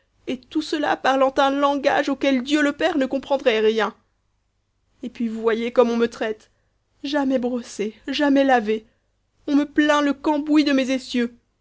et tout cela parlant un langage auquel dieu le père ne comprendrait rien et puis vous voyez comme on me traite jamais brossée jamais lavée on me plaint le cambouis de mes essieux